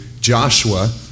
Joshua